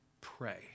pray